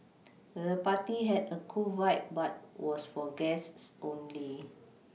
the party had a cool vibe but was for guests only